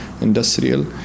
industrial